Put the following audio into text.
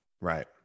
right